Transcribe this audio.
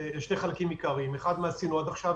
אני אחלק את זה לשני חלקים עיקריים מה עשינו עד עכשיו,